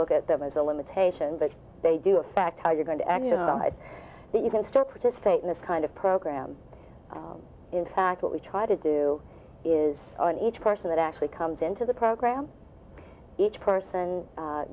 look at them as a limitation but they do affect how you're going to exercise that you can start participate in this kind of program in fact what we try to do is on each person that actually comes into the program each person